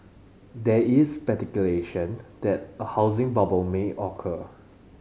there is speculation that a housing bubble may occur